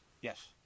Yes